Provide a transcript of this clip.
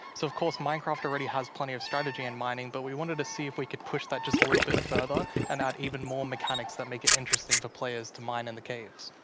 so of course, minecraft already has plenty of strategy in mining. but we wanted to see if we could push that just a little bit further and add even more mechanics that make it interesting for players to mine in the caves.